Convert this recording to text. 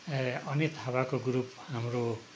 ए अनित थापाको ग्रुप हाम्रो